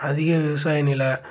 அதிக விவசாய நிலம்